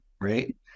right